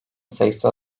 sayısı